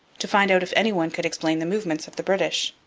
to find out if anyone could explain the movements of the british.